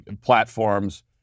platforms